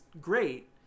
great